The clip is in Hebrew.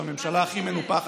אני מבקש.